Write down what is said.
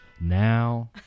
now